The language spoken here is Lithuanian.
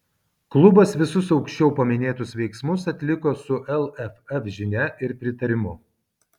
klubas visus aukščiau paminėtus veiksmus atliko su lff žinia ir pritarimu